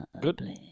good